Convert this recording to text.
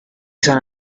san